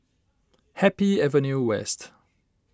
Happy Avenue West